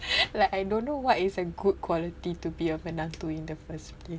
like I don't know what is a good quality to be a menantu in the first place